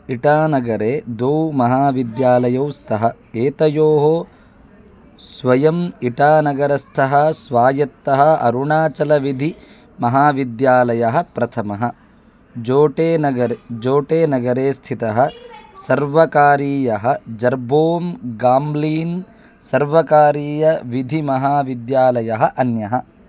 इटानगरे द्वौ महाविद्यालयौ स्तः एतयोः स्वयम् इटानगरस्थः स्वायत्तः अरुणाचलविधिमहाविद्यालयः प्रथमः जोटेनगरे जोटेनगरे स्थितः सर्वकारीयः जर्बों गाम्लीन् सर्वकारीयविधिमहाविद्यालयः अन्यः